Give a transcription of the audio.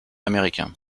américain